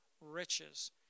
Riches